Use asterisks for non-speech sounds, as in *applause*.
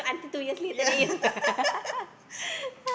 yeah *laughs*